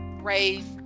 raise